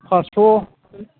फास्स'